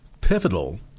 pivotal